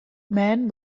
man